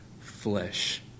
flesh